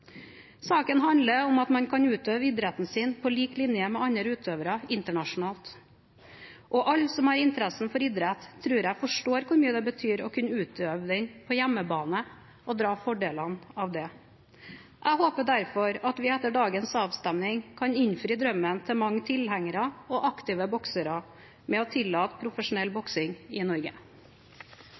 Saken handler om at man kan utøve idretten sin på lik linje med andre utøvere internasjonalt. Alle som har interesse for idrett, tror jeg forstår hvor mye det betyr å kunne utøve den på hjemmebane og dra fordeler av det. Jeg håper derfor at vi etter dagens avstemning kan innfri drømmen til mange tilhengere og aktive boksere ved å tillate profesjonell boksing i Norge.